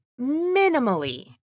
minimally